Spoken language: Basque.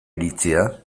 iritzia